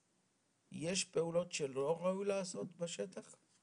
יש פעולות שלא ראוי לעשות בשטח?